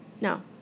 No